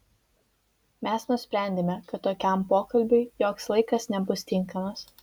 mes nusprendėme kad tokiam pokalbiui joks laikas nebus tinkamas